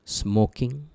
smoking